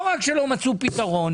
לא רק שלא מצאו פתרון,